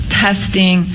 testing